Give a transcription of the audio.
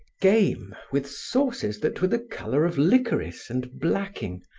game with sauces that were the color of licorice and blacking,